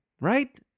right